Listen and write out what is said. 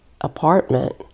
apartment